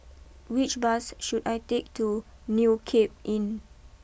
which bus should I take to new Cape Inn